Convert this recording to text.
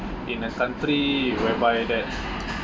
in a country whereby that